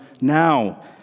now